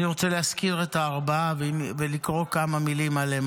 אני רוצה להזכיר את הארבעה ולקרוא כמה מילים עליהם,